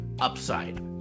upside